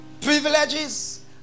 privileges